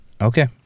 Okay